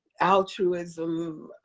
altruism,